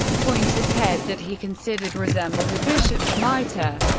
pointed head that he considered resembled a bishop's mitre.